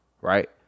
right